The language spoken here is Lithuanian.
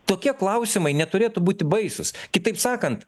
tokie klausimai neturėtų būti baisūs kitaip sakant